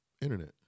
internet